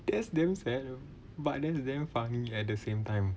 that's damn sad oh but then is damn funny at the same time